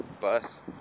bus